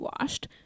washed